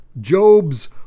Job's